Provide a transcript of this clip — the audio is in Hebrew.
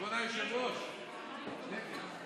כבוד היושב-ראש, נגד.